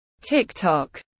TikTok